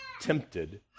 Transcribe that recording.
tempted